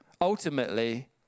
Ultimately